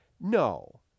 no